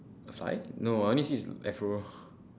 a fly no I only see his afro